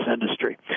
industry